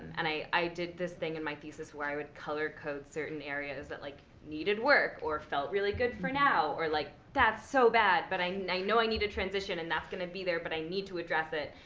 and i i did this thing in my thesis where i would color-code certain areas that like needed work or felt really good for an now. or, like, that's so bad but i know i need to transition. and that's going to be there, but i need to address it.